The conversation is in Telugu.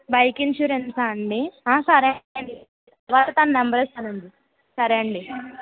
బైక్ ఇన్సూరెన్సా అండి ఆ సరే ఇవాళ్ళ తన నెంబర్ ఇస్తానండి సరెండి